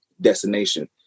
destination